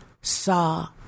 saw